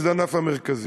שזה הענף המרכזי,